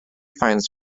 finds